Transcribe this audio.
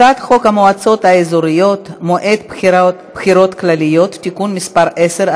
הצעת חוק המועצות האזוריות (מועד בחירות כלליות) (תיקון מס' 10),